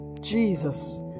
Jesus